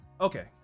Okay